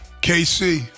KC